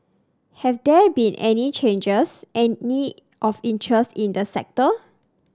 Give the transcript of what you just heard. have there been any changes any of interest in the sector